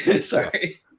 Sorry